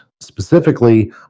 specifically